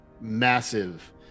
massive